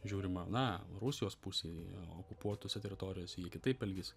žiūrima na rusijos pusėj okupuotose teritorijose jie kitaip elgiasi